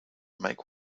make